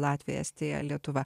latvija estija lietuva